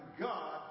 God